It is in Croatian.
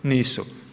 Nisu.